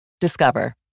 Discover